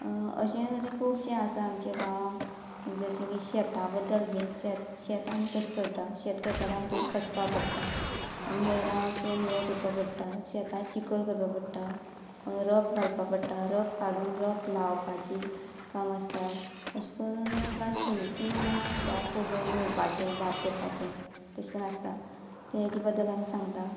अशे तरेन खुबशें आसा आमचें गांवान जशें की शेतां बद्दल बीन शेत शेत आमी कशें करता शेत करता जाल्या आमी पयली कसपा पडटा मेरां अशें निवळ करपा पडटा शेतान चिकल करपा पडटा रोप घालपाक पडटा रोप काडून रोप लावपाचें काम आसता अशें करून लास्ट फिनिशींग म्हळ्यार आसता खूब हें नुंवपाचें भात करपाचें तशें करून आसता ते हाचे बद्दल आमी सांगता